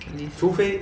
lee hsien~